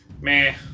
Meh